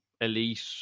elite